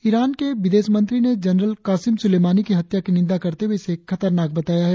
Iran के विदेशमंत्री ने जनरल कासिम सुलेमानी की हत्या की निंदा करते हुए इसे खतरनाक बताया है